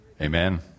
Amen